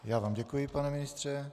Já vám děkuji, pane ministře.